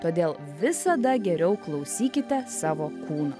todėl visada geriau klausykite savo kūno